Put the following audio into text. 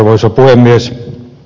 arvoisa puhemies